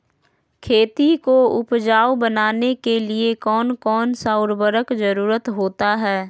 खेती को उपजाऊ बनाने के लिए कौन कौन सा उर्वरक जरुरत होता हैं?